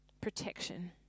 protection